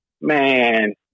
Man